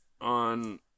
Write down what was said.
on